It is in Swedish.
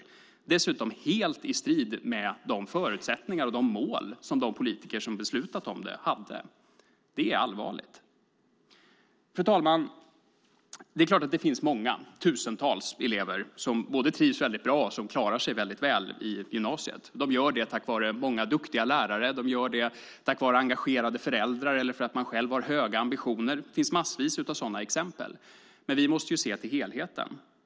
Det är dessutom helt i strid med de förutsättningar och de mål som de politiker som beslutat om det hade. Det är allvarligt. Fru talman! Det är klart att det finns många tusentals elever som både trivs väldigt bra och klarar sig väldigt väl i gymnasiet. De gör det tack vara många duktiga lärare, engagerade föräldrar eller för att de själva har höga ambitioner. Det finns massvis av sådana exempel. Men vi måste se till helheten.